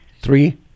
Three